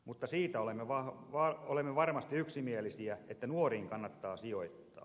mutta siitä olemme varmasti yksimielisiä että nuoriin kannattaa sijoittaa